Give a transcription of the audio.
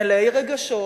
מלאי רגשות,